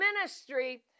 ministry